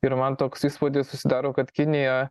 ir man toks įspūdis susidaro kad kinija